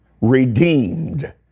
Redeemed